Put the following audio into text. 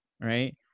right